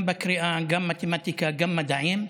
גם בקריאה, גם במתמטיקה, גם במדעים,